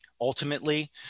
ultimately